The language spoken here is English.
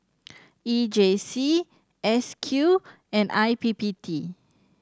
E J C S Q and I P P T